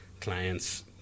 clients